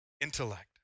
intellect